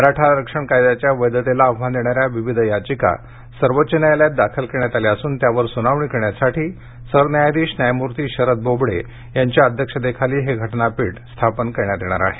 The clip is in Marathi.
मराठा आरक्षण कायद्याच्या वैधतेला आव्हान देणाऱ्या विविध याचिका सर्वोच्च न्यायालयात दाखल करण्यात आल्या असून त्यावर सुनावणी करण्यासाठी सरन्यायाधीश न्यायमूर्ती शरद बोबडे यांच्या अध्यक्षतेखाली हे घटनापीठ स्थापन करण्यात येणार आहे